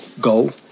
Go